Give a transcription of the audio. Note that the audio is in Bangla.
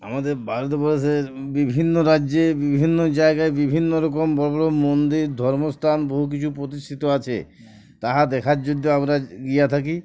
আমাদের ভারতবেশের বিভিন্ন রাজ্যে বিভিন্ন জায়গায় বিভিন্ন রকম বড়ো বড়ো মন্দির ধর্মস্থান বহু কিছু প্রতিষ্ঠিত আছে তাহা দেখার জন্যে আমরা গিয়ো থাকি